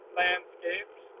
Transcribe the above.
landscapes